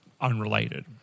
unrelated